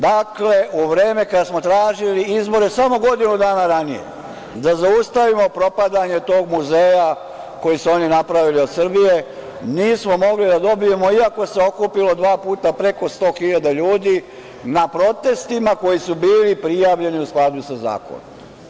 Dakle, u vreme kada smo tražili izbore samo godinu dana ranije da zaustavimo propadanje tog muzeja koji su oni napravili od Srbije, nismo mogli da dobijemo iako se okupilo dva puta preko 100.000 ljudi na protestima koji su bili prijavljeni u skladu sa zakonom.